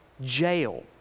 jail